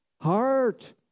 heart